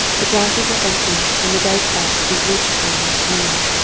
the glasses are empty and the dice-box is reached for once more.